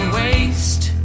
waste